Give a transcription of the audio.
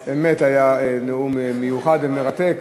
באמת, זה היה נאום מיוחד ומרתק.